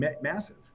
massive